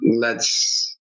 lets